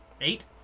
Eight